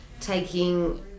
taking